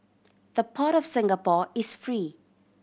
the Port of Singapore is free